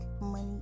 money